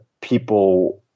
people